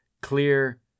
clear